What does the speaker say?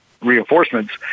reinforcements